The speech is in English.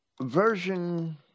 version